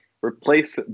replace